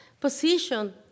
position